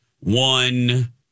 one